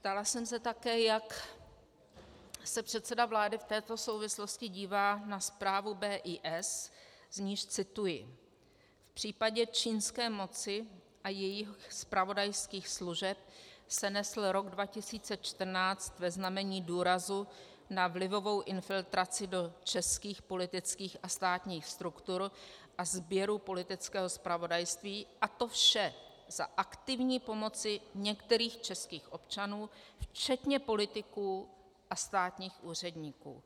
Ptala jsem se také, jak se předseda vlády v této souvislosti dívá na správu BIS, z níž cituji: V případě čínské moci a jejích zpravodajských služeb se nesl rok 2014 ve znamení důrazu na vlivovou infiltraci do českých politických a státních struktur a sběru politického zpravodajství, a to vše za aktivní pomoci některých českých občanů, včetně politiků a státních úředníků.